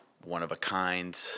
One-of-a-kind